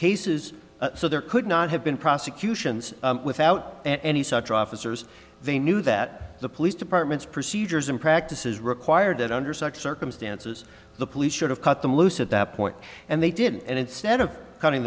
cases so there could not have been prosecutions without any such officers they knew that the police department's procedures and practices require that under such circumstances the police should have cut them loose at that point and they didn't and instead of cutting